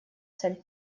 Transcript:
цель